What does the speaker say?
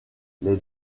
les